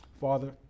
Father